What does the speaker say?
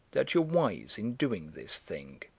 that you're wise in doing this thing?